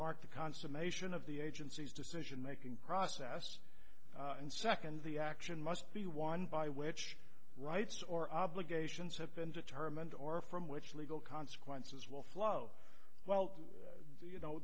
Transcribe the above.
mark the consummation of the agency's decision making process and second the action must be one by which rights or obligations have been determined or from which legal consequences will flow well you know